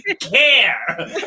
care